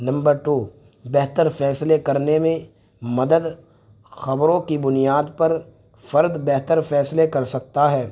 number two بہتر فیصلے کرنے میں مدد خبروں کی بنیاد پر فرد بہتر فیصلے کر سکتا ہے